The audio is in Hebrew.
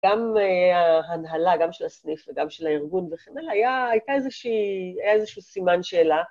גם ההנהלה, גם של הסניף וגם של הארגון וכן הלאה, היה הייתה היה איזשהו סימן שאלה.